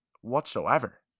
whatsoever